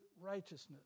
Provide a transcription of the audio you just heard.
righteousness